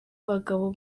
bagabo